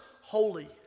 holy